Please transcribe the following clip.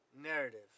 narrative